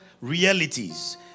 realities